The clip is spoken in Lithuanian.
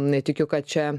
netikiu kad čia